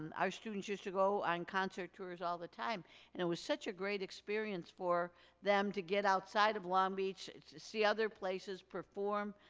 and our students used to go on concert tours all the time and it was such a great experience for them to get outside of long beach, see other places, perform